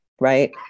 right